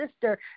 sister